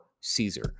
Caesar